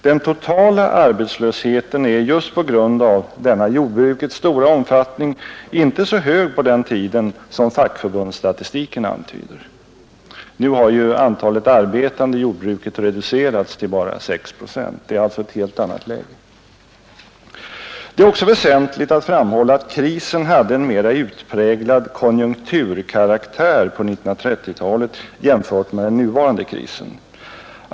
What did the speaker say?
Den totala arbetslösheten var just på grund av denna jordbrukets stora omfattning inte så hög på den tiden som fackförbundsstatistiken antyder. Nu har ju antalet arbetande i jordbruket reducerats till bara 6 procent — det är alltså ett helt annat läge. Det är också väsentligt att framhålla att krisen hade en mera utpräglad konjunkturkaraktär på 1930-talet jämfört med den nuvarande krisen.